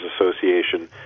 Association